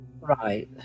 Right